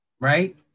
Right